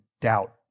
doubt